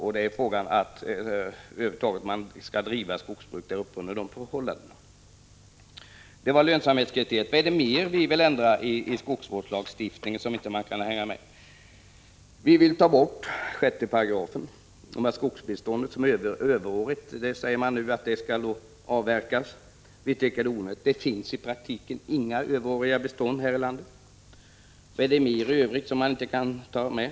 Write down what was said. Frågan är om man över huvud taget skall driva skogsbruk där uppe under de förhållandena. Vad är det mer, förutom återinförandet av lönsamhetskriteriet, som vi vill ändra i skogsvårdslagstiftningen? Vi vill ta bort 6 §, där det sägs att överåriga skogsbestånd skall avverkas. Vi tycker att det är onödigt. Det finns i praktiken inga överåriga bestånd här i landet. Vad är det mer som vi anser inte skall vara med?